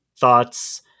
thoughts